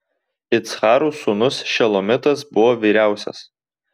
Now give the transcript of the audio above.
iccharo sūnus šelomitas buvo vyriausias